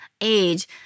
age